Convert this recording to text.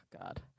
god